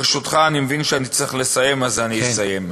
ברשותך, אני מבין שאני צריך לסיים, אז אני אסיים.